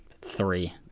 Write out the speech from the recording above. three